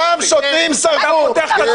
אותם שוטרים סרחו.